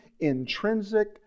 intrinsic